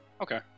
okay